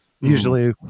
usually